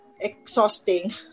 exhausting